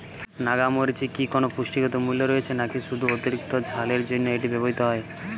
নাগা মরিচে কি কোনো পুষ্টিগত মূল্য রয়েছে নাকি শুধু অতিরিক্ত ঝালের জন্য এটি ব্যবহৃত হয়?